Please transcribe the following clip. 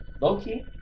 Loki